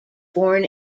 born